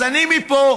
אז אני מפה,